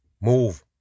Move